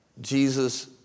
Jesus